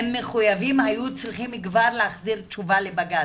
הם מחויבים והיו צריכים כבר להחזיר תשובה בעניין.